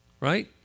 right